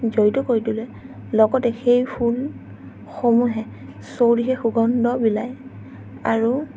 জড়িত কৰি তুলে লগতে সেই ফুলসমূহে চৌদিশে সুগন্ধ বিলায় আৰু